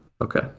Okay